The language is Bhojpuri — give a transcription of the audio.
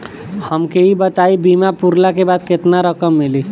हमके ई बताईं बीमा पुरला के बाद केतना रकम मिली?